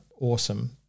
awesome